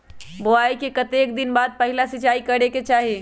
बोआई के कतेक दिन बाद पहिला सिंचाई करे के चाही?